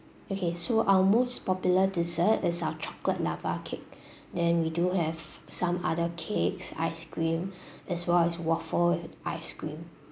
okay so our most popular dessert is our chocolate lava cake then we do have some other cakes ice cream as well as waffle with ice cream